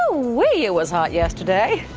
ah way it was hot yesterday.